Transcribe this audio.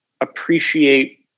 appreciate